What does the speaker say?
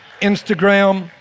Instagram